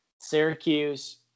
Syracuse